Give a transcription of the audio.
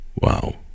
Wow